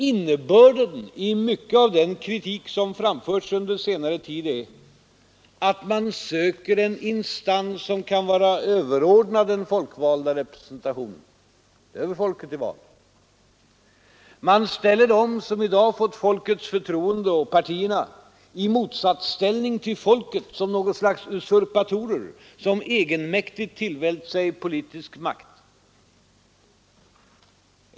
Innebörden i mycket av den kritik som framförts under senare tid är att man söker en instans som kan vara överordnad den folkvalda representationen — över folket i val. Man ställer dem som i dag fått folkets förtroende och partierna i motsatsställning till folket som något slags usurpatorer, som egenmäktigt tillvällt sig politisk makt.